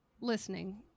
listening